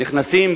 נכנסים,